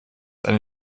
eine